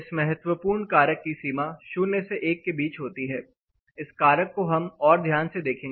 इस महत्वपूर्ण कारक की सीमा 0 से 1 के बीच होती है इस कारक को हम और ध्यान से देखेंगे